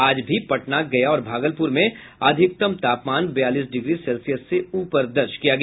आज भी पटना गया और भागलपुर में अधिकतम तापमान बयालीस डिग्री सेल्सियस से ऊपर दर्ज किया गया